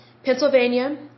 Pennsylvania